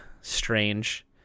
strange